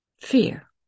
fear